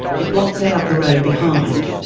it blots out the road behind.